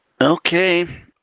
Okay